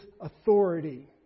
authority